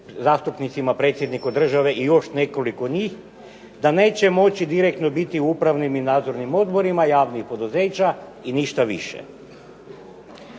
zastupnicima, predsjedniku države i još nekoliko njih da neće moći direktno biti u upravnim i nadzornim odborima javnih poduzeća i ništa više.